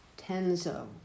Tenzo